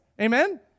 Amen